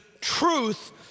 truth